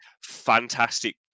fantastic